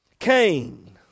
Cain